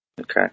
Okay